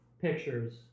Pictures